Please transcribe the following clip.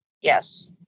Yes